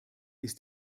ist